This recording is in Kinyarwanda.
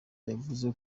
yavuze